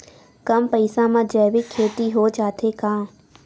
कम पईसा मा जैविक खेती हो जाथे का?